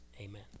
amen